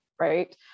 right